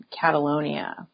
Catalonia